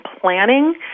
planning